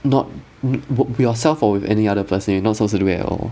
not o~ wo~ yourself or with any other person you're not supposed to do it at all